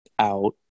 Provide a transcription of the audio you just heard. out